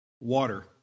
water